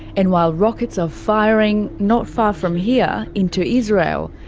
and while rockets are firing not far from here into israel,